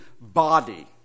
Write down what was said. body